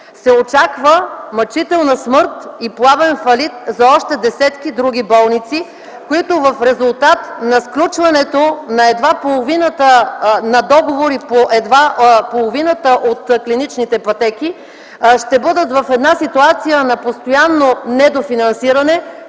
се очаква мъчителна смърт и плавен фалит за още десетки други болници, които в резултат на сключването на едва половината договори, по едва половината от клиничните пътеки ще бъдат в една ситуация на постоянно недофинансиране,